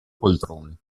poltrone